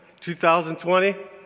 2020